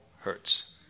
hurts